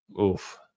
Oof